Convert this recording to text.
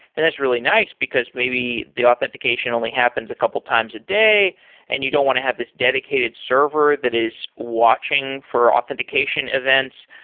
and that's really nice, because maybe the authentication only happens a couple of times a day and you don't want to have this dedicated server that is watching for authentication events.